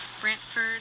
Brantford